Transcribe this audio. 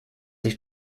sich